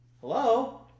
hello